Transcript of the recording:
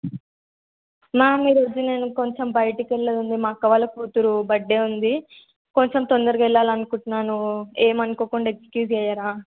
ma'am ఈరోజు నేను కొంచెం బయటకి వెళ్ళేదుంది మా అక్క వాళ్ళ కూతురు బర్త్డే ఉంది కొంచెం తొందరగా వెళ్ళాలనుకుంటున్నాను ఏమనుకోకుండా ఎక్స్క్యూజ్ చెయ్యరా